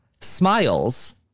smiles